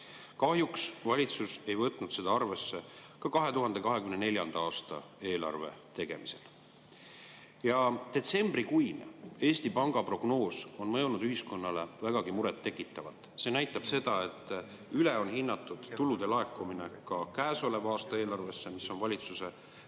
Kahjuks valitsus ei võtnud seda arvesse ka 2024. aasta eelarve tegemisel. Detsembrikuine Eesti Panga prognoos on mõjunud ühiskonnale vägagi murettekitavalt. See näitab seda, et üle on hinnatud ka käesoleva aasta eelarves tulude laekumine, mis